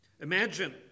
Imagine